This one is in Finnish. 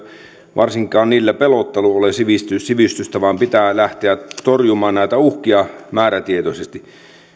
varsinkaan niillä pelottelu ole sivistystä vaan pitää lähteä torjumaan uhkia määrätietoisesti